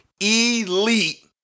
elite